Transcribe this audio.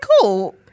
cool